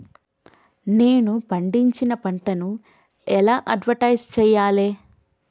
నేను పండించిన పంటను ఎలా అడ్వటైస్ చెయ్యాలే?